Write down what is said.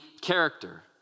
character